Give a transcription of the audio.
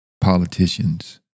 politicians